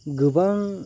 गोबां